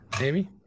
Amy